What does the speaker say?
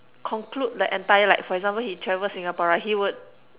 conclude the entire like for example he travel Singapore right he would